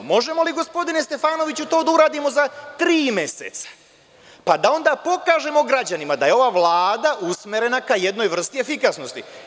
Možemo li gospodine Stefanoviću to da uradimo za tri meseca, pa da onda pokažemo građanima da je ova Vlada usmerena ka jednoj vrsti efikasnosti.